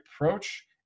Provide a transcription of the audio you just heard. approach